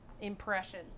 impression